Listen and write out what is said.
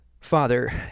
Father